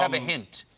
um a hint?